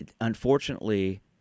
unfortunately